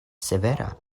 severa